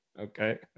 okay